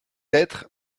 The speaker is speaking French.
être